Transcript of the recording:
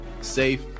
safe